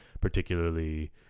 particularly